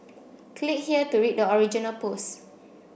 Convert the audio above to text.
click here to read the original post